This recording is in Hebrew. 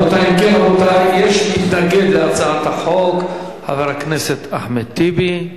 רבותי, יש מתנגד להצעת החוק, חבר הכנסת אחמד טיבי.